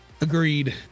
agreed